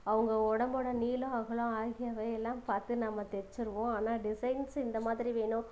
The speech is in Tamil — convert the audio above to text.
அவங்க உடம்போட நீளம் அகலம் ஆகியவையெல்லாம் பார்த்து நம்ம தைச்சிருவோம் ஆனால் டிசைன்ஸு இந்த மாதிரி வேணும்